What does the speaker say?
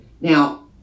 Now